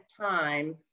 time